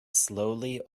slowly